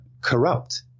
corrupt